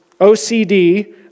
OCD